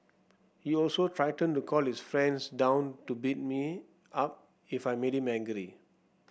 he also threatened to call his friends down to beat me up if I made him angry